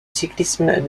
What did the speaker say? cyclisme